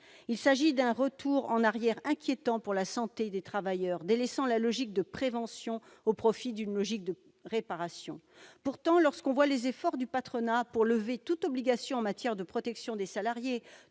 Il s'agit d'un retour en arrière inquiétant pour la santé des travailleurs, substituant une logique de réparation à la logique de prévention. Pourtant, lorsqu'on voit les efforts du patronat pour s'exonérer de toute obligation en matière de protection des salariés,